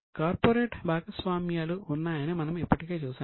corporate భాగస్వామ్యాలు ఉన్నాయని మనము ఇప్పటికే చూశాము